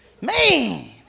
Man